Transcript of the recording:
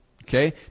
Okay